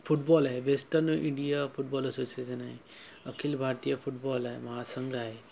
football ए Western India football association आहे अखिल भारतीय फुटबॉल आहे महासंंघ आहे